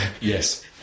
Yes